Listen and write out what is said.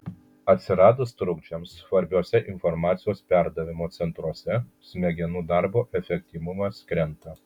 atsiradus trukdžiams svarbiuose informacijos perdavimo centruose smegenų darbo efektyvumas krenta